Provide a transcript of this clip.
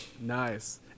Nice